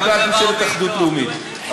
אני בעד ממשלת אחדות לאומית.